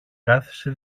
κάθισε